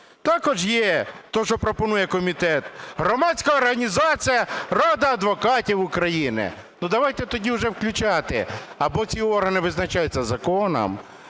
Також є те, що пропонує комітет, громадська організація "Рада адвокатів України". Ну давайте тоді вже включати: або ці органи визначаються законом,